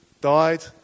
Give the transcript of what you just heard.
died